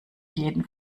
jeden